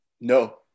No